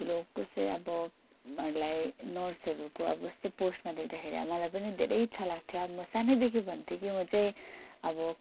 ठुलो कसै अबहरूलाई नर्सहरूको यस्तो पोस्टमा देख्दाखेरि मलाई पनि धेरै इच्छा लाग्थ्यो अब म सानैदेखि भन्थेँ कि म चाहिँ अब